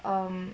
um